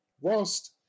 whilst